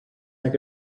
nag